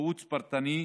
ייעוץ פרטני,